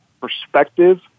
perspective